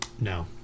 No